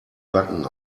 backen